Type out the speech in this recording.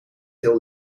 heel